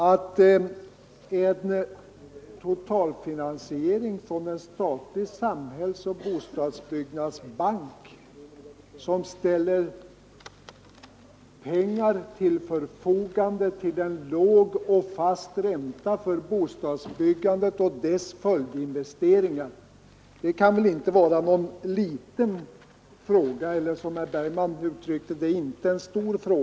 Frågan om en totalfinansiering från en statlig samhällsoch bostadsbyggnadsbank, som ställer pengar till förfogande till en låg och fast ränta för bostadsbyggandet och dess följdinvesteringar, kan väl inte vara en liten fråga eller ”inte en stor fråga”, som herr Bergman uttryckte det.